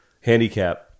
handicap